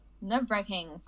nerve-wracking